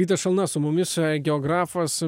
rytas šalna su mumis geografas